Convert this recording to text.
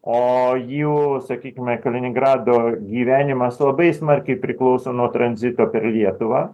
o jų sakykime kaliningrado gyvenimas labai smarkiai priklauso nuo tranzito per lietuvą